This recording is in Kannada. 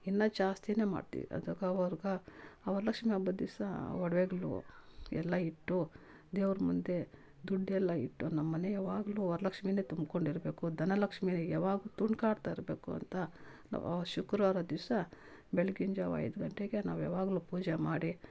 ಇನ್ನು ಜಾಸ್ತಿ ಮಾಡ್ತಿವಿ ಅದಕ್ಕೆ ಅವರ್ಗೆ ಆ ವರಲಕ್ಷ್ಮಿ ಹಬ್ಬದ್ ದಿವ್ಸ ಒಡವೆಗ್ಳು ಎಲ್ಲ ಇಟ್ಟು ದೇವ್ರ ಮುಂದೆ ದುಡ್ಡೆಲ್ಲ ಇಟ್ಟು ನಮ್ಮಮನೆ ಯವಾಗಲೂ ವರಲಕ್ಷ್ಮಿ ತುಂಬಿಕೊಂಡಿರ್ಬೇಕು ಧನಲಕ್ಷ್ಮೀಯರಿಗೆ ಯವಾಗಲೂ ತುಳ್ಕಾಡ್ತಾ ಇರಬೇಕು ಅಂತ ನಾವು ಶುಕ್ರವಾರದ ದಿವ್ಸ ಬೆಳಗಿನ್ ಜಾವ ಐದು ಗಂಟೆಗೆ ನಾವು ಯವಾಗಲೂ ಪೂಜೆ ಮಾಡಿ